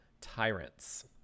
tyrants